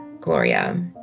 Gloria